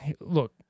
Look